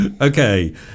Okay